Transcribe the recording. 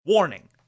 Warning